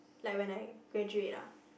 like when I graduate ah